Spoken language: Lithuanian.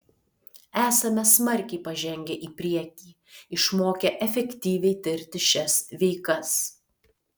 esame smarkiai pažengę į priekį išmokę efektyviai tirti šias veikas